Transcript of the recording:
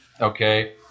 okay